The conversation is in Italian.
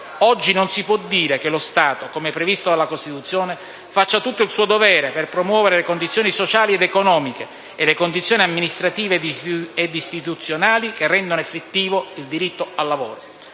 Oggi non si può dire che lo Stato, come previsto dalla Costituzione, faccia tutto il suo dovere per promuovere le condizioni sociali ed economiche e le condizioni amministrative ed istituzionali che rendono effettivo il diritto al lavoro.